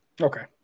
Okay